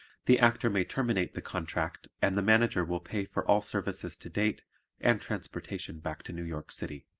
the actor may terminate the contract and the manager will pay for all services to date and transportation back to new york city.